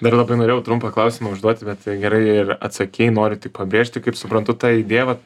dar labai norėjau trumpą klausimą užduoti bet gerai ir atsakei noriu tik pabrėžti kaip suprantu ta idėja vat